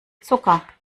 zucker